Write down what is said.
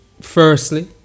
firstly